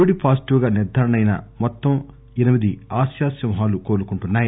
Covid positive గా నిర్దారణ అయిన మొత్తం ఎనిమిది ఆసియా సింహాలు కోలుకుంటున్నాయి